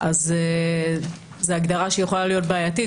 אז זאת הגדרה שיכולה להיות בעייתית.